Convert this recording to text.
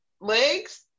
Legs